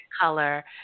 color